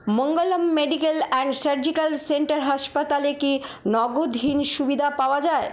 Mangalam medical and surgical centre হাসপাতালে কি নগদহীন সুবিধা পাওয়া যায়